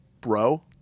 bro